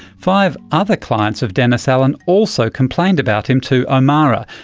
five other clients of dennis allan also complained about him to ah omara,